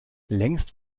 längst